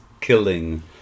killing